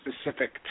specific